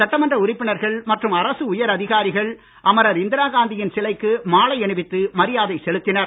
சட்டமன்ற உறுப்பினர்கள் மற்றும் அரசு உயர் அதிகாரிகள் அமரர் இந்திரா காந்தி யின் சிலைக்கு மாலை அணிவித்து மரியாதை செலுத்தினர்